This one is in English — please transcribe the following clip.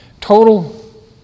Total